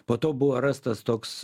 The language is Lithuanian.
po to buvo rastas toks